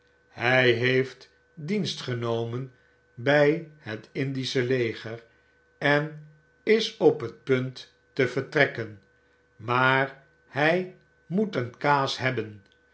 hy heeft dienst genomen bij het lndische leger en is op het punt te vertrekken maar hy moet een kaas hebben